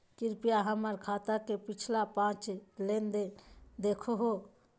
कृपया हमर खाता के पिछला पांच लेनदेन देखाहो